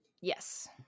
Yes